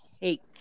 hate